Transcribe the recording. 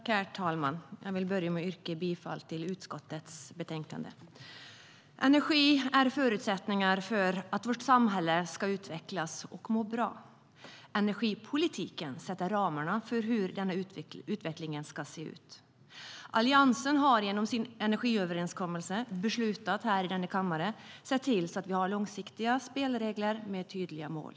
Herr talman! Jag vill börja med att yrka bifall till utskottets förslag i betänkandet. Energi är förutsättningen för att vårt samhälle ska utvecklas och må bra. Energipolitiken sätter ramarna för hur den utvecklingen ska se ut. Alliansen har genom sin energiöverenskommelse beslutat i denna kammare så att vi har långsiktiga spelregler med tydliga mål.